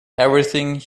everything